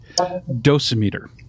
dosimeter